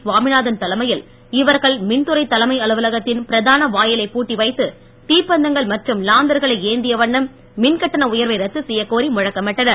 சுவாமிநாதன் தலைமையில் இவர்கள் மின்துறை தலைமை அலுவலகத்தின் பிரதான வாயிலைப் பூட்டி வைத்து தீப்பந்தங்கள் மற்றும் லாந்தர்களை ஏந்திய வண்ணம் மின்கட்டண உயர்வை ரத்து செய்யக்கோரி முழக்கமிட்டனர்